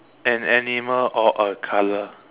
an animal or a color